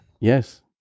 Yes